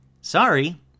Sorry